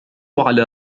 على